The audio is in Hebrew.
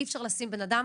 אי אפשר לשים בן אדם